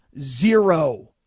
zero